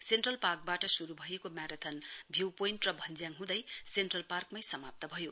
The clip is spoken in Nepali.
सेन्ट्रल पार्कवाट शुरु भएको म्याराथन भिउपोइन्ट र भञ्जयाङ हुँदै सेन्ट्रल पार्कमै समाप्त भयो